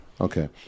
Okay